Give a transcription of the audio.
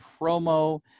promo